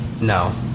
No